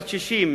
בת 60,